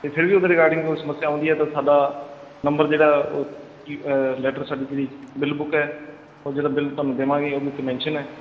ਅਤੇ ਫਿਰ ਵੀ ਉਹਦੇ ਰਿਗਾਰਡਿੰਗ ਕੋਈ ਸਮੱਸਿਆ ਆਉਂਦੀ ਹੈ ਤਾਂ ਸਾਡਾ ਨੰਬਰ ਜਿਹੜਾ ਉਹ ਕੀ ਲੈਟਰ ਸਾਡੀ ਜਿਹੜੀ ਬਿੱਲ ਬੁਕ ਹੈ ਉਹ ਜਿਹੜਾ ਬਿੱਲ ਤੁਹਾਨੂੰ ਦੇਵਾਂਗੇ ਉਹਦੇ ਉੱਤੇ ਮੈਂਸ਼ਨ ਹੈ